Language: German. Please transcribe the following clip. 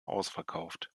ausverkauft